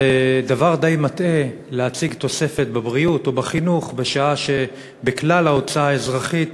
זה דבר די מטעה להציג תוספת בבריאות או בחינוך בשעה שההוצאה האזרחית